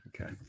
Okay